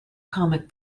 comic